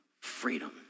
freedom